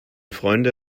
freunde